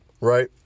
right